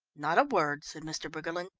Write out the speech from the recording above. not a word, said mr. briggerland,